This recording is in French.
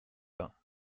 bains